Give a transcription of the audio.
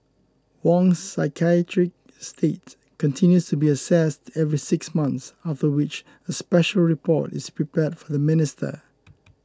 Wong's psychiatric state continues to be assessed every six months after which a special report is prepared for the minister